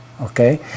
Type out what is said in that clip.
okay